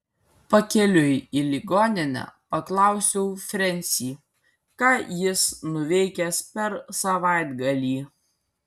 pakeliui į ligoninę paklausiau frensį ką jis nuveikęs per savaitgalį